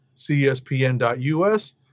cspn.us